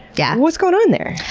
yeah. what's going on there?